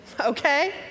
okay